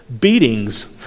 beatings